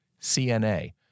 CNA